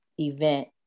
event